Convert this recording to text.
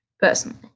Personally